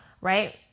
right